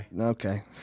Okay